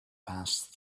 passed